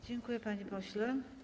Dziękuję, panie pośle.